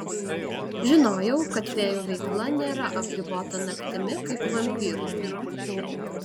žinojau kad fėjų veikla nėra apribota naktimi kaip vampyrų